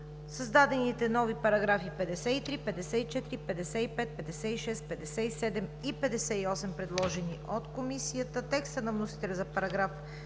създадените нови параграфи 53, 54, 55, 56, 57 и 58, предложени от Комисията; текста на вносителя за §